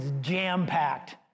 jam-packed